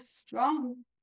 strong